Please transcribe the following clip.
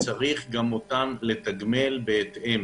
ויש לתגמל אותם בהתאם.